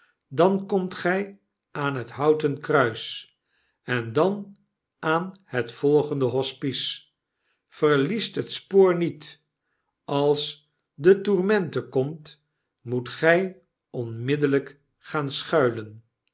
dan komt gij aan het houten kruis en dan aan het volgende hospice verliest het spoor niet als de t o u r m e n t e komt moet gy onmiddellyk gaan schuilen